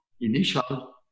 initial